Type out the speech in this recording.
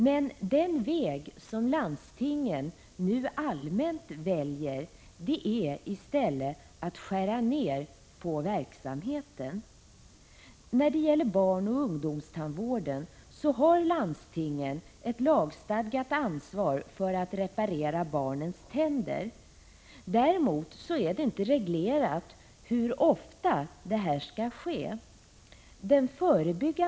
Men den väg som landstingen nu allmänt väljer är i stället att skära ned på verksamheten. När det gäller barnoch ungdomstandvården har landstingen ett lagstadgat ansvar för att reparera barnens tänder. Däremot är det inte reglerat hur ofta detta skall ske.